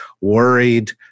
worried